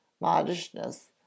modishness